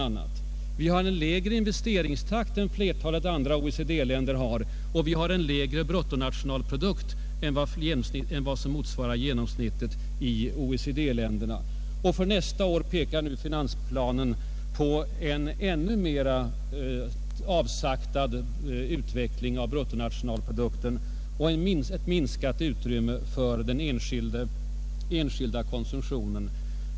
Vi har en lägre investeringstakt än flertalet andra OECD-länder och vi har en lägre bruttonationalprodukt än vad som motsvarar genomsnittet i OECD-länderna.Och för nästa år pekar finansplanen på en ännu mera avsaktad utveckling av bruttonationalprodukten och ett minskat utrymme för den enskilda konsumtionen.